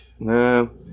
No